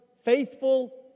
faithful